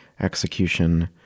execution